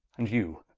and you,